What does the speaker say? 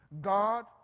God